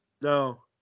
No